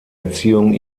erziehung